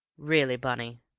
really, bunny!